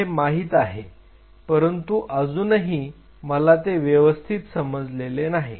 मला हे माहीत आहे परंतु अजुनही मला ते व्यवस्थित समजले नाही